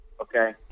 Okay